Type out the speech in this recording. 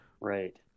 right